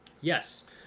yes